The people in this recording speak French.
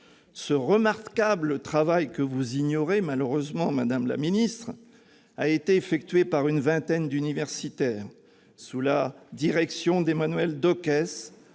Ce remarquable travail, que vous ignorez malheureusement, madame la ministre, a été effectué par une vingtaine d'universitaires sous la direction d'Emmanuel Dockès,